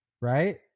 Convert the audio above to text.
right